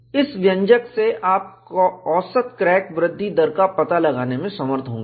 इस व्यंजक से आप औसत क्रैक वृद्धि दर का पता लगाने में समर्थ होंगे